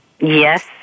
Yes